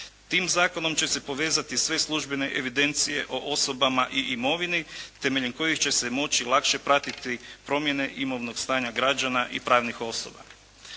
Tim zakonom će se povezati sve službene evidencije o osobama i imovini temeljem kojih će se moći lakše pratiti promjene imovnog stanja građana i pravnih osoba.